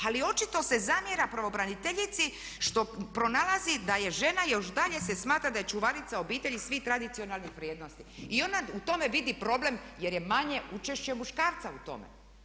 Ali očito se zamjera pravobraniteljici što pronalazi da je žena još dalje se smatra da je čuvarica obitelji i svih tradicionalnih vrijednosti i ona u tome vidi problem jer je manje učešće muškarca u tome.